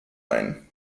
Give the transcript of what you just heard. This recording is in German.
ein